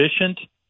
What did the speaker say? efficient